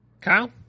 Kyle